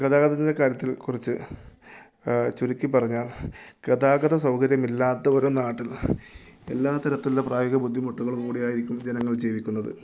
ഗതാഗതത്തിൻ്റെ കാര്യത്തിൽ കുറച്ച് ചുരുക്കിപ്പറഞ്ഞാൽ ഗതാഗത സൗകര്യം ഇല്ലാത്തൊരു നാട്ടിൽ എല്ലാ തരത്തിലുള്ള പ്രായോഗിക ബുദ്ധിമുട്ടുകളോട് കൂടിയായിരിക്കും ജനങ്ങൾ ജീവിക്കുന്നത്